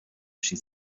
she